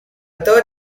third